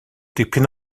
tipyn